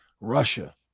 Russia